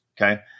Okay